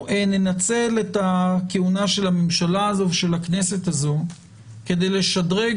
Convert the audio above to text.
ננצל את הכהונה של הממשלה הזאת ושל הכנסת הזאת כדי לשדרג